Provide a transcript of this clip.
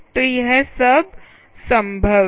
तो यह सब संभव है